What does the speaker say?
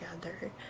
together